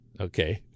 Okay